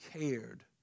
cared